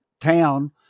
town